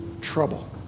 trouble